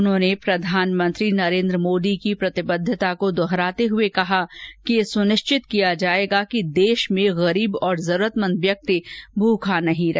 उन्होंने प्रधानमंत्री नरेंद्र मोदी की प्रतिबद्धता को दोहराते हुए कहा कि ये सुनिश्चित किया जाएगा कि देश में गरीब और जरूरतमंद व्यक्ति भुखा नहीं रहे